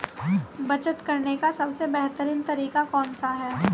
बचत करने का सबसे बेहतरीन तरीका कौन सा है?